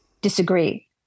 disagree